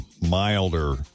milder